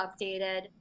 updated